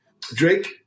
Drake